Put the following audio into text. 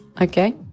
okay